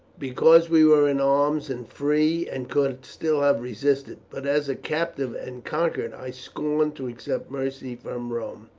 because we were in arms and free, and could still have resisted but as a captive, and conquered, i scorn to accept mercy from rome.